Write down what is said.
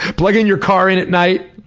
plugging your car in at night.